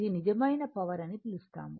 ఇది నిజమైన పవర్ అని పిలుస్తారు